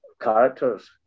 characters